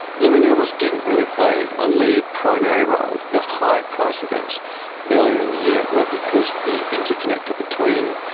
the renewables didn't really play a lead primary role. the high price events earlier in the year were because the interconnector between,